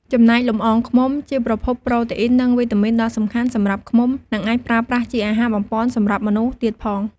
ចំណែកលំអងឃ្មុំ ជាប្រភពប្រូតេអ៊ីន និងវីតាមីនដ៏សំខាន់សម្រាប់ឃ្មុំ និងអាចប្រើប្រាស់ជាអាហារបំប៉នសម្រាប់មនុស្សទៀតផង។